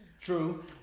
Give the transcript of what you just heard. true